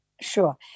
Sure